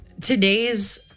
today's